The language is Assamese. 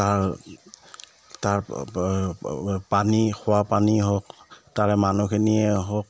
তাৰ তাৰ পানী খোৱা পানী হওক তাৰে মানুহখিনিয়ে হওক